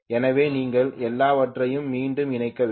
எனவே நீங்கள் எல்லாவற்றையும் மீண்டும் அணைக்க வேண்டும்